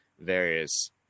various